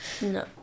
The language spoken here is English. No